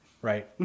Right